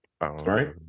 Right